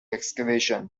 excavation